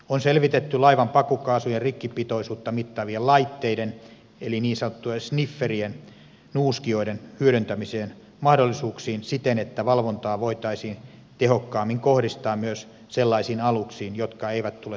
on selvitetty laivan pakokaasujen rikkipitoisuutta mittaavien laitteiden eli niin sanottujen sniffe rien nuuskijoiden hyödyntämisen mahdollisuuksia siten että valvontaa voitaisiin tehokkaammin kohdistaa myös sellaisiin aluksiin jotka eivät tule suomen satamiin